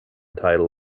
title